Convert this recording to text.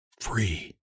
Free